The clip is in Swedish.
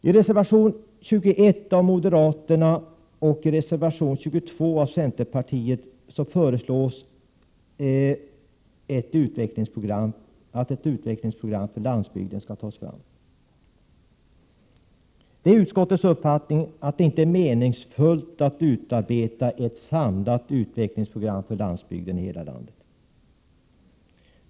I reservation 21 av moderaterna och i reservation 22 av centerpartiet föreslås att ett utvecklingsprogram för landsbygden skall tas fram. Det är utskottets uppfattning att det inte är meningsfullt att utarbeta ett samlat utvecklingsprogram för landsbygden i hela landet.